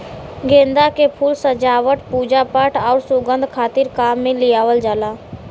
गेंदा के फूल सजावट, पूजापाठ आउर सुंगध खातिर काम में लियावल जाला